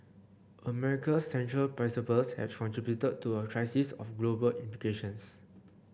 America's central principles have contributed to a crisis of global implications